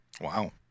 Wow